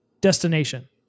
destination